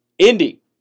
Indy